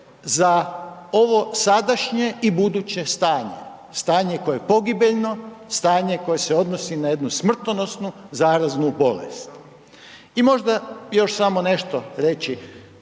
za ovo sadašnje i buduće stanje, stanje koje je pogibeljno, stanje koje se odnosi na jednu smrtonosnu zaraznu bolest. I možda još samo nešto reći.